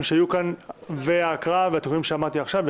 שהיו כאן וההקראה ומה שאמרתי עכשיו?